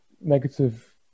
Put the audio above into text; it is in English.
negative